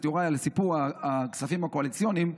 יוראי על סיפור הכספים הקואליציוניים,